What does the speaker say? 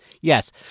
Yes